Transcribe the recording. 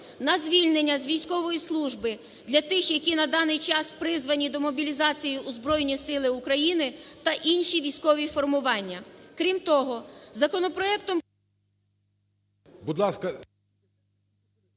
На звільнення з військової служби для тих, які на даний час призвані до мобілізації у Збройні Сили України, та інші військові формування. Крім того, законопроектом…